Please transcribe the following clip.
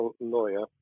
lawyer